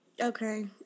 Okay